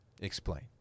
Explain